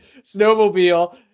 snowmobile